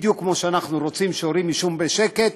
בדיוק כמו שאנחנו רוצים שהורים יישנו בשקט